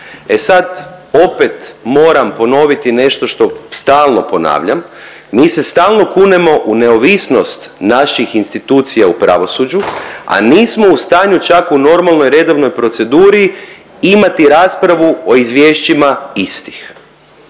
E sad opet moram ponoviti nešto što stalno ponavljam, mi se stalno kunemo u neovisnost naših institucija u pravosuđu, a nismo u stanju čak u normalnoj redovnoj proceduri imati raspravu o izvješćima istih.